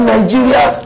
Nigeria